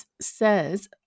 says